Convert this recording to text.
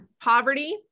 Poverty